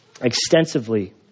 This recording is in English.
extensively